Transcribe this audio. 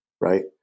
right